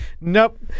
nope